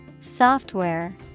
Software